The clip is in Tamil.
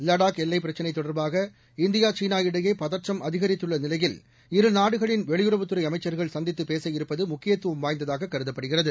லடாக் எல்லைப் பிரச்சினை தொடர்பாக இந்தியா சீனா இடையே பதற்றம் அதிகரித்துள்ள நிலையில் இருநாடுகளின் வெளியுறவுத்துறை அமைச்சர்கள் சந்தித்து பேசவிருப்பது முக்கியத்துவம் வாய்ந்ததாக கருதப்படுகிறது